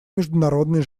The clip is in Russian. международный